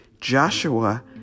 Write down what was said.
Joshua